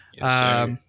Yes